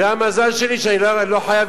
זה המזל שלי שאני לא חייב,